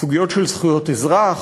סוגיות של זכויות אזרח,